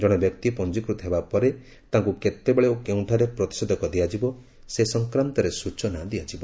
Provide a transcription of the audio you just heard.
ଜଣେ ବ୍ୟକ୍ତି ପଞ୍ଜିକୃତ ହେବାପରେ ତାଙ୍କୁ କେତେବେଳେ ଓ କେଉଁଠାରେ ପ୍ରତିଷେଧକ ଦିଆଯିବ ସେ ସଂକ୍ରାନ୍ତରେ ସୂଚନା ଦିଆଯିବ